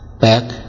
back